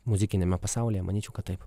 muzikiniame pasaulyje manyčiau kad taip